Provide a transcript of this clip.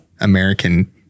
American